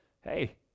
hey